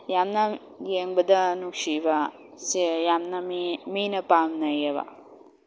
ꯌꯥꯝꯅ ꯌꯦꯡꯕꯗ ꯅꯨꯡꯁꯤꯕ ꯁꯦ ꯌꯥꯝꯅ ꯃꯤ ꯃꯤꯅꯥ ꯄꯥꯝꯅꯩꯌꯦꯕ